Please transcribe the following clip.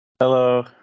Hello